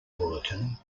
bulletin